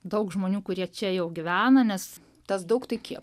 daug žmonių kurie čia jau gyvena nes tas daug tai kiek